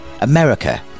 America